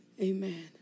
amen